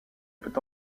peut